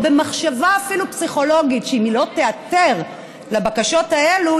במחשבה אפילו פסיכולוגית שאם היא לא תיעתר לבקשות האלה,